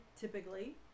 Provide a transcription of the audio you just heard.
typically